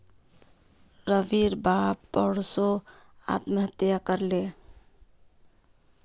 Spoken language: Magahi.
रविर बाप परसो आत्महत्या कर ले